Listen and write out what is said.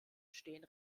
stehen